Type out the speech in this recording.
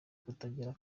kutagira